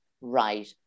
right